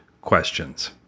questions